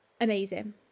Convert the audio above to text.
amazing